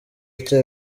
icyo